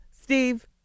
Steve